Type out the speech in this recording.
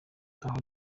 aho